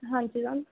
ਹਾਂਜੀ ਮੈਮ